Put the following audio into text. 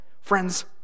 Friends